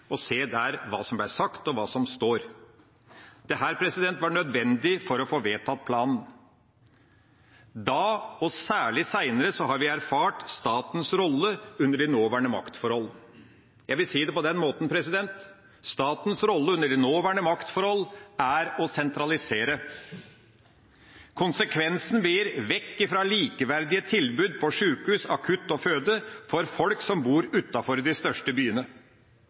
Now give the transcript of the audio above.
og se der hva som ble sagt, og hva som står. Dette var nødvendig for å få vedtatt planen. Da, og særlig senere, har vi erfart statens rolle under de nåværende maktforhold. Jeg vil si det på denne måten: Statens rolle under de nåværende maktforhold er å sentralisere. Konsekvensen blir vekk fra likeverdige tilbud på sykehus, akutt- og fødetilbud for folk som bor utenfor de største byene.